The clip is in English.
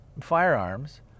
firearms